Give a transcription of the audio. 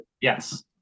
Yes